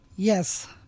Yes